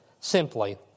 Simply